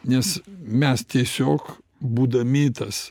nes mes tiesiog būdami tas